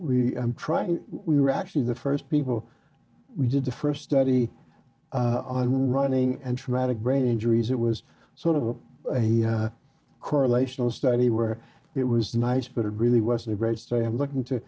we try we were actually the first people we did the first study on running and traumatic brain injuries it was sort of a correlational study where it was nice but it really was a great so i'm looking to